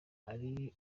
ari